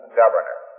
governor